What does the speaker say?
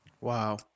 Wow